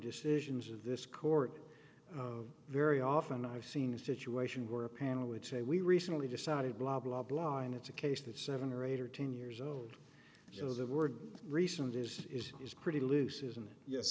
decisions of this court very often i've seen a situation where a panel would say we recently decided blah blah blah and it's a case that seven or eight or ten years old it was a word recent is it is pretty loose isn't